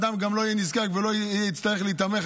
המדינה הרוויחה שאדם לא יהיה נזקק ולא יצטרך להיתמך.